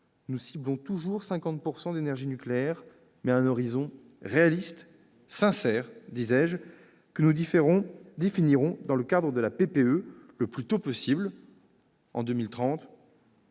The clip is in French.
nous ciblons toujours 50 % d'énergie nucléaire, mais à un horizon réaliste, sincère, disais-je, que nous définirons dans le cadre de la PPE, la programmation